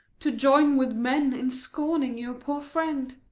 to join with men in scorning your poor friend?